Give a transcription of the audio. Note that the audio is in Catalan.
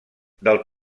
del